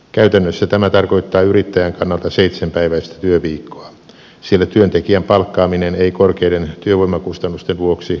käytännössä tämä tarkoittaa yrittäjän kannalta seitsenpäiväistä työviikkoa sillä työntekijän palkkaaminen ei korkeiden työvoimakustannusten vuoksi ole kannattavaa